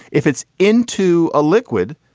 if it's into a liquid,